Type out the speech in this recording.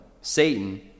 Satan